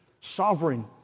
sovereign